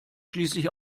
schließlich